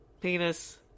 penis